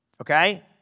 Okay